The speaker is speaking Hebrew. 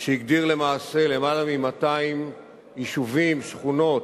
שהגדיר למעשה למעלה מ-200 יישובים, שכונות,